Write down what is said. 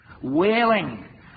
wailing